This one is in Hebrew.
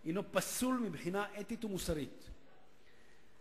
או אשכנזית או רב א'